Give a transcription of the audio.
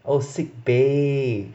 oh sick bay